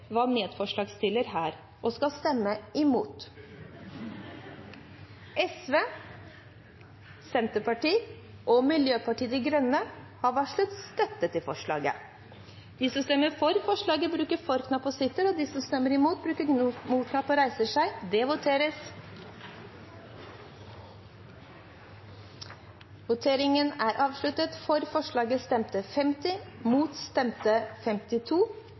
var medforslagsstillere her – og skal stemme imot. Sosialistisk Venstreparti, Senterpartiet og Miljøpartiet De Grønne har varslet støtte til forslaget. Det voteres